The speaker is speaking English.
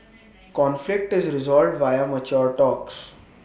conflict is resolved via mature talks